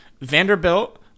Vanderbilt